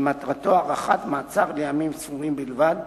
שמטרתו הארכת מעצר בימים ספורים בלבד,